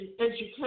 education